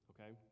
Okay